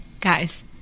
Guys